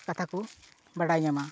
ᱠᱟᱛᱷᱟ ᱠᱚ ᱵᱟᱰᱟᱭ ᱧᱟᱢᱟ